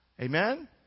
Amen